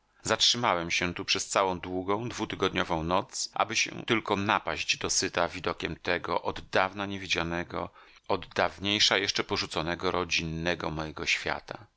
zatrzymałem się tu przez całą długą dwutygodniową noc aby się tylko napaść do syta widokiem tego od dawna niewidzianego od dawniejsza jeszcze porzuconego rodzinnego mojego świata